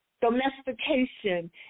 domestication